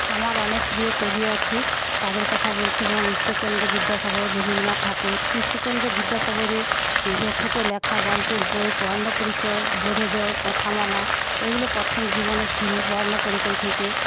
আমার অনেক প্রিয় কবি আছে তাঁদের কথা বলছি যেমন ঈশ্বরচন্দ্র বিদ্যাসাগর রবীন্দ্রনাথ ঠাকুর ঈশ্বরচন্দ্র বিদ্যাসাগরের ছোট লেখা গল্পের বই বর্ণপরিচয় বোধোদয় কথামালা এগুলো প্রথম জীবনে শুরু বর্ণপরিচয় থেকে